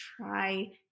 try